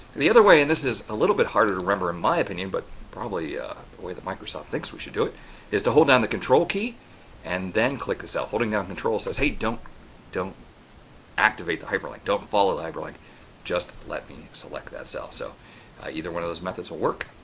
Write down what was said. the other way and this is a little bit harder to remember in my opinion but probably the way that microsoft thinks we should do it is to hold down the ctrl key and then click the cell holding down control says hey, don't don't activate the hyperlink, don't follow the hyperlink just let me select that cell. so either one of those methods will work.